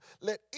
let